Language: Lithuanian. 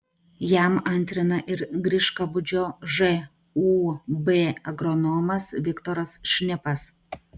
jam antrina ir griškabūdžio žūb agronomas viktoras šnipas